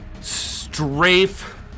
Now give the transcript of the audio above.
strafe